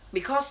because